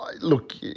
Look